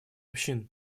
общин